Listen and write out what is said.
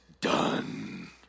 done